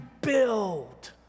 build